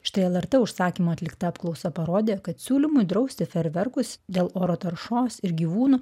štai lrt užsakymu atlikta apklausa parodė kad siūlymui drausti ferverkus dėl oro taršos ir gyvūnų